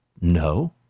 No